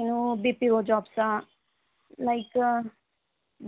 ಏನು B P O ಜಾಬ್ಸಾ like